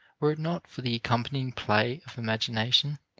were it not for the accompanying play of imagination,